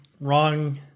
wrong